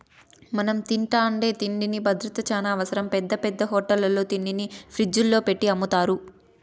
మనం తింటాండే తిండికి భద్రత చానా అవసరం, పెద్ద పెద్ద హోటళ్ళల్లో తిండిని ఫ్రిజ్జుల్లో పెట్టి అమ్ముతారు